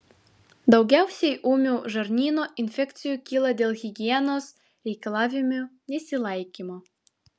daugiausiai ūmių žarnyno infekcijų kyla dėl higienos reikalavimų nesilaikymo